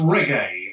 Reggae